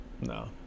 No